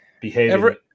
behaving